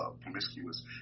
promiscuous